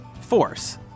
force